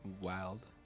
wild